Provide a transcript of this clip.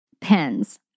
Pens